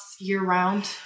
year-round